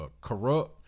corrupt